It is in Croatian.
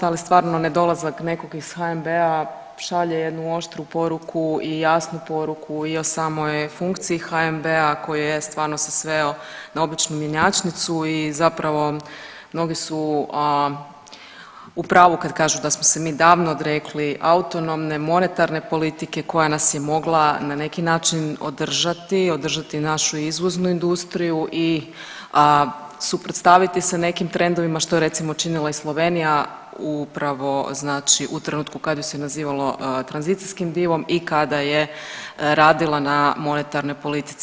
Ali stvarno nedolazak nekog iz HNB-a šalje jednu oštru poruku i jasnu poruku i o samoj funkciji HNB-a koji stvarno se sveo na običnu mjenjačnicu i zapravo mnogi su u pravu kada kažu da smo se mi davno odrekli autonomne, monetarne politike koja nas je mogla na neki način održati i održati našu izvoznu industriju i suprotstaviti se nekim trendovima što je recimo učinila i Slovenija upravo u trenutku kada ju se nazivalo tranzicijskim divom i kada je radila na monetarnoj politici.